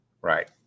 Right